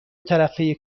طرفه